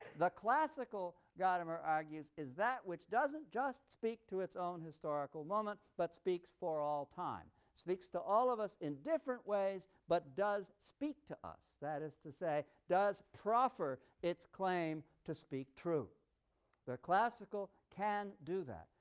the classical, gadamer argues, is that which doesn't just speak to its own historical moment but speaks for all time, speaks to all of us in different ways but does speak to us that is to say, does proffer its claim to speak true the classical can do that.